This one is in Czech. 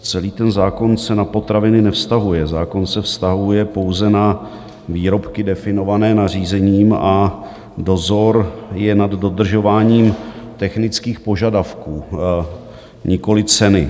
Celý ten zákon se na potraviny nevztahuje, zákon se vztahuje pouze na výrobky definované nařízením a dozor je nad dodržováním technických požadavků, nikoliv ceny.